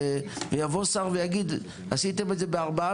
ויבוא שר ויגיד "עשיתם את זה בארבעה